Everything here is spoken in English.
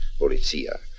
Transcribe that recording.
Polizia